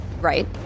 Right